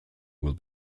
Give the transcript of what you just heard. will